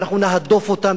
ואנחנו נהדוף אותם,